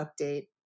update